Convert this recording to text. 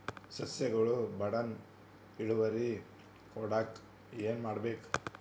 ಸಸ್ಯಗಳು ಬಡಾನ್ ಇಳುವರಿ ಕೊಡಾಕ್ ಏನು ಮಾಡ್ಬೇಕ್?